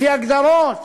לפי הגדרות.